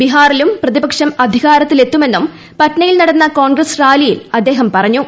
ബിഹാറിലും പ്രതിപക്ഷം അധികാരത്തിലെത്തുമെന്നും പാറ്റ്നയിൽ നടന്ന കോൺഗ്രസ് റാലിയിൽ അദ്ദേഹം പറഞ്ഞു